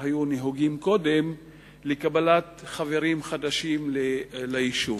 היו נהוגים קודם לקבלת חברים חדשים ליישוב.